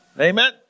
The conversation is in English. Amen